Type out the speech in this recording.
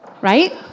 right